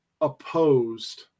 opposed